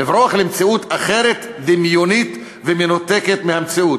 לברוח למציאות אחרת, דמיונית ומנותקת מהמציאות,